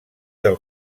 del